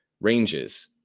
ranges